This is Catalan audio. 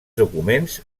documents